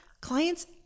clients